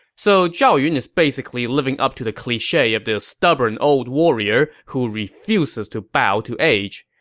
so zhao yun is basically living up to the cliche of the stubborn old warrior who refuses to bow to age,